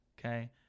Okay